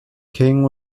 king